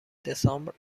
دسامبر